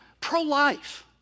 pro-life